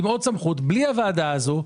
עוד סמכות בלי הוועדה הזו.